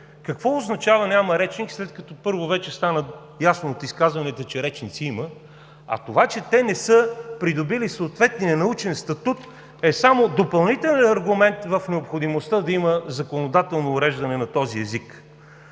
Какво означава „няма речник“, след като първо вече стана ясно от изказалите се, че речници има, а това, че те не са придобили съответния научен статут, е само допълнителен аргумент в необходимостта да има законодателно уреждане на този език.